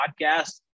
podcast